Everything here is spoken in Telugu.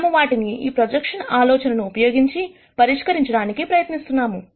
మనము వాటిని ఈ 2ను ప్రొజెక్షన్ ఆలోచనను ఉపయోగించి పరిష్కరించడానికి ప్రయత్నిస్తున్నాము